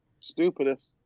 Stupidest